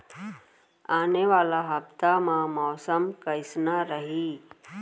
आने वाला हफ्ता मा मौसम कइसना रही?